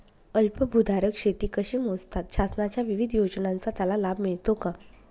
अल्पभूधारक शेती कशी मोजतात? शासनाच्या विविध योजनांचा त्याला लाभ मिळतो का?